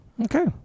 Okay